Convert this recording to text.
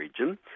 region